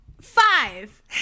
five